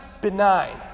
benign